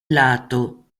lato